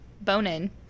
Bonin